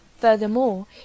Furthermore